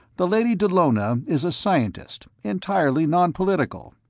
the lady dallona is a scientist, entirely nonpolitical.